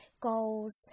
goals